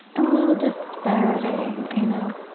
a little disparity, you know,